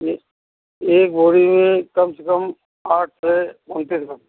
यह एक बोरी में कम से कम आठ से उनतीस ग्रम